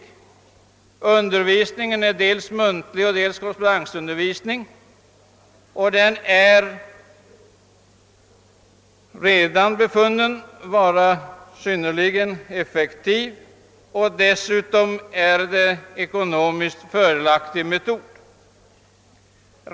Undervisningen är dels muntlig och dels korrespondensundervisning. Den har redan befunnits vara synnerligen effektiv, och dessutom är denna metod ekonomiskt fördelaktig.